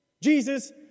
Jesus